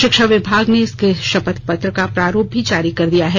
शिक्षा विभाग ने इसके शपथ पत्र का प्रांरूप भी जारी कर दिया है